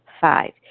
five